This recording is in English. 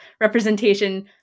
representation